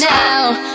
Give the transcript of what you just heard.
now